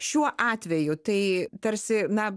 šiuo atveju tai tarsi na